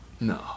No